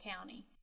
County